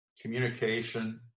communication